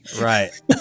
Right